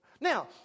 Now